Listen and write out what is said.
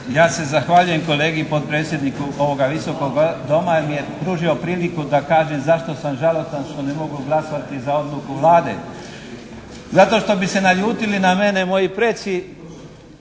Ja se zahvaljujem kolegi potpredsjedniku ovoga Visokog doma jer mi je pružio priliku da kažem zašto sam žalostan što ne mogu glasovati za odluku Vlade. Zato što bi se naljutili na mene moji preci